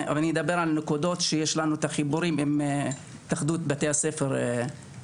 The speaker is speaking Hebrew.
אני אדבר על נקודות שיש לנו את החיבורים עם התאחדות בתי הספר לספורט.